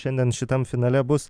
šiandien šitam finale bus